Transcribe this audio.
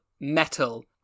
metal